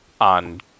on